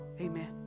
Amen